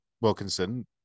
Wilkinson